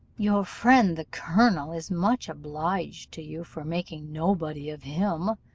your friend the colonel is much obliged to you for making nobody of him